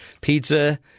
pizza